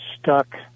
stuck